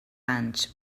anys